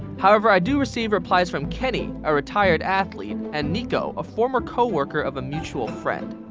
however, i do receive replies from kenny, a retired athlete. and nico, a former co-worker of a mutual friend.